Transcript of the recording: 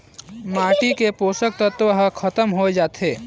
माटी के पोसक तत्व हर खतम होए जाथे